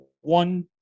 one